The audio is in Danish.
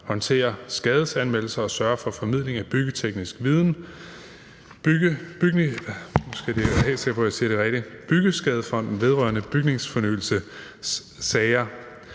håndterer skadesanmeldelser og sørger for formidling af byggeteknisk viden. Byggeskadefonden vedrørende Bygningsfornyelses sager